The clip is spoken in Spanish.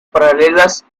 paralelas